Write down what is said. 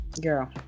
Girl